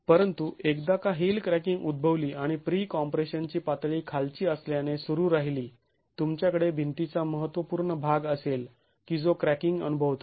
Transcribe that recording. परंतु एकदा का हिल क्रॅकिंग उद्भवली आणि प्री कॉम्प्रेशन ची पातळी खालची असल्याने सुरू राहिली तुमच्याकडे भिंतीचा महत्त्वपूर्ण भाग असेल की जो क्रॅकिंग अनुभवतो